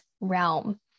realm